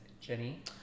Jenny